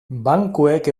bankuek